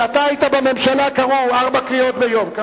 כשאתה היית בממשלה קראו ארבע קריאות ביום.